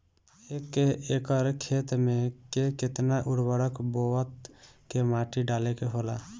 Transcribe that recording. एक एकड़ खेत में के केतना उर्वरक बोअत के माटी डाले के होला?